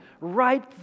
right